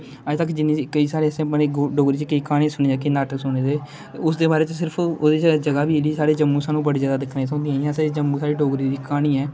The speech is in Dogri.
आसे केंई क्हानियां सुनी दियां केई नाटक सुने दे उसदे बारे च सिर्फ ओहदी जगह बी साढ़े जम्मू बड़ी सारी दिक्खने गी थ्होंदियां हियां जम्मू साढ़े डोगरी दी क्हानी ऐ